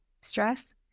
stress